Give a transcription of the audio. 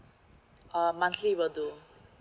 uh monthly will too